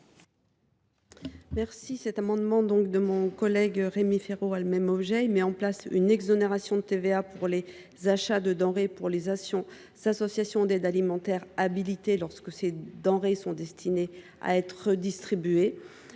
rectifié. Cet amendement de mon collègue Rémi Féraud a lui aussi pour objet de mettre en place une exonération de TVA pour les achats de denrées effectués par les associations d’aide alimentaire habilitées lorsque ces denrées sont destinées à être redistribuées,